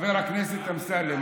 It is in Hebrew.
חבר הכנסת אמסלם,